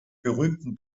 berühmten